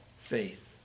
faith